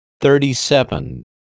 Thirty-seven